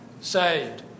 Saved